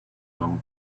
long